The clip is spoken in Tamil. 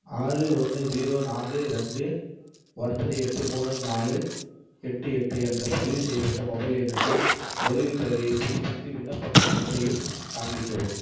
ஆறு ஒன்று ஜீரோ நாலு ரெண்டு ஒன்பது எட்டு மூணு நாலு எட்டு எட்டு என்ற பதிவுசெய்யப்பட்ட மொபைல் எண்ணுக்கு உதவித்தொகையை புதுப்பித்து விண்ணப்பங்கள் அனைத்தையும் காண்பிக்கவும்